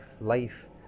life